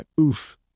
oof